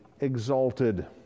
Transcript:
exalted